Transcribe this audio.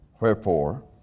Wherefore